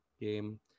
game